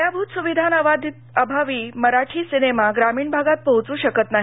पायाभूत सुविधांअभावी मराठी सिनेमा ग्रामीण भागात पोहोच्र शकत नाही